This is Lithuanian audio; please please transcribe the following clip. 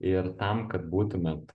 ir tam kad būtumėt